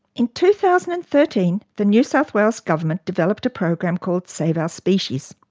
in two thousand and thirteen the new south wales government developed a program called save our species.